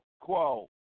quo